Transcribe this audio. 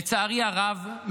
לצערי הרב,